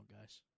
guys